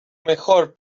mejor